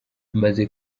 amaze